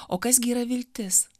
o kas gi yra viltis